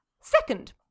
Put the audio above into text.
Second